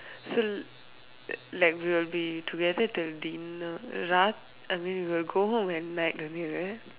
so like we will be together till dinner raat I mean we will go home at night only right